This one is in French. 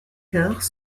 chœurs